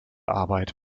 arbeit